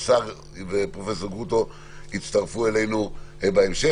והשר ופרופ' גרוטו יצטרפו אלינו בהמשך.